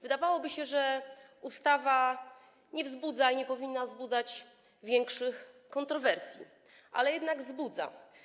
Wydawałoby się, że ustawa nie wzbudza, nie powinna wzbudzać większych kontrowersji, ale jednak wzbudza.